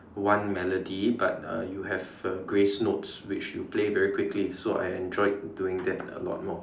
one Melody but uh you have uh Grace notes which you play very quickly so I enjoyed doing that a lot more